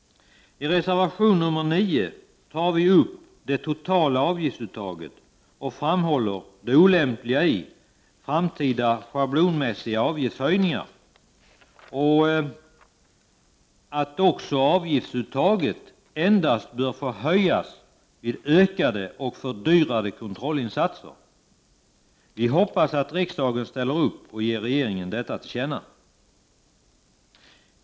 I reservation nr 9 tar vi upp det totala avgiftsuttaget och framhåller det olämpliga i framtida schablonmässiga avgiftshöjningar. Avgiftsuttaget bör endast få höjas vid ökade och fördyrade kontrollinsatser. Vi hoppas att riksdagen ställer upp och ger regeringen detta till känna.